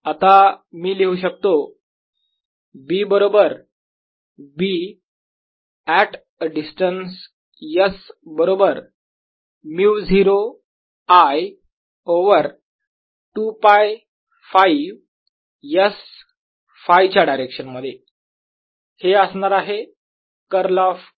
आता मी लिहू शकतो B बरोबर B at a distance s बरोबर μ0 I ओवर 2π Φ s Φच्या डायरेक्शन मध्ये हे असणार आहे कर्ल ऑफ A